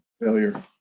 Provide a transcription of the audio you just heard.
failure